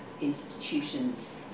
institutions